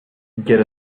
get